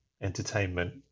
entertainment